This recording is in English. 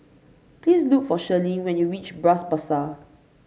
please look for Sherlyn when you reach Bras Basah